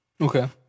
okay